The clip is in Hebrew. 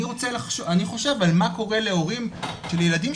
אני חושב על מה קורה על מה קורה להורים של ילדים,